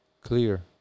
Clear